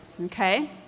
Okay